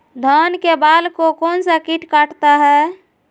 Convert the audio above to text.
धान के बाल को कौन सा किट काटता है?